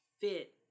fit